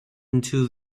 into